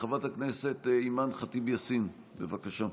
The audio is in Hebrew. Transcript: חברת הכנסת אימאן ח'טיב יאסין, בבקשה.